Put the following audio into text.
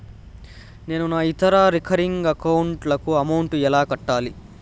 నేను నా ఇతర రికరింగ్ అకౌంట్ లకు అమౌంట్ ఎలా కట్టాలి?